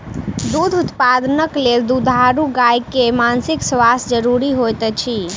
दूध उत्पादनक लेल दुधारू गाय के मानसिक स्वास्थ्य ज़रूरी होइत अछि